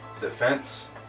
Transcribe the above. defense